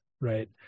right